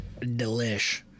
delish